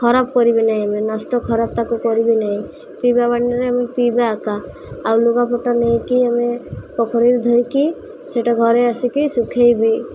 ଖରାପ କରିବି ନାହିଁ ଆମେ ନଷ୍ଟ ଖରାପ ତାକୁ କରିବି ନାହିଁ ପିଇବା ପାଣିରେ ଆମେ ପିଇବା ଆକା ଆଉ ଲୁଗାପୁଟ ନେଇକି ଆମେ ପୋଖରୀରୁ ଧୋଇକି ସେଇଟା ଘରେ ଆସିକି ସୁୁଖାଇବି